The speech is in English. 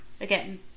Again